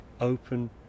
open